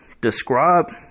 Describe